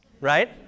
right